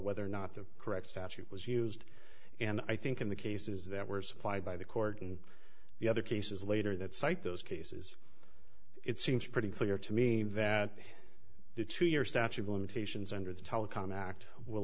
whether or not the correct statute was used and i think in the cases that were supplied by the court and the other cases later that cite those cases it seems pretty clear to me that the two year statute of limitations under the telecom act will